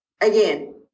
again